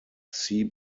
sea